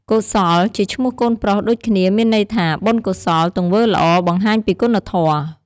កុសលជាឈ្មោះកូនប្រុសដូចគ្នា មានន័យថាបុណ្យកុសល ទង្វើល្អ បង្ហាញពីគុណធម៌។